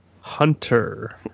Hunter